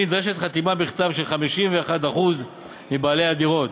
נדרשת חתימה בכתב של 51% מבעלי הדירות.